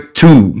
two